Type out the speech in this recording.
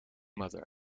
mother